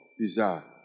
desire